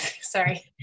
Sorry